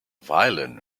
violin